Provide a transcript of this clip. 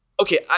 Okay